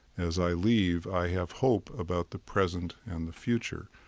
as i leave, i have hope about the present and the future.